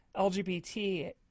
LGBT